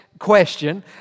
question